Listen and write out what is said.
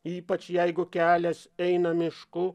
ypač jeigu kelias eina mišku